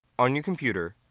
on your computer,